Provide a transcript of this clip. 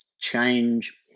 change